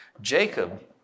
Jacob